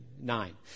Nine